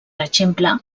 exemple